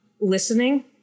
listening